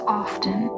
often